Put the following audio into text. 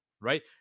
right